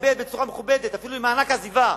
מתכבד בצורה מכובדת, אפילו עם מענק עזיבה,